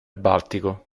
baltico